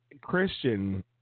Christian